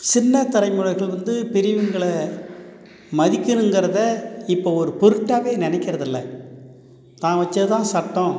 சின்னத் தலைமுறையர்கள் வந்து பெரியவங்கள மதிக்கணுங்கிறத இப்போ ஒரு பொருட்டாவே நினைக்கறதில்ல தான் வச்சதுதான் சட்டம்